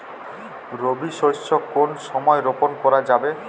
রবি শস্য কোন সময় রোপন করা যাবে?